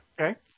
Okay